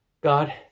God